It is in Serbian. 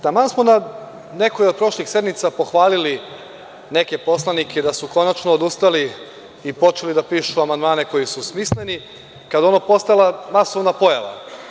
Taman smo na nekoj od prošlih sednica pohvalili neke poslanike da su konačno odustali i počeli da pišu amandmane koji su smisleni, kad je ono postala masovno pojava.